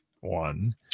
one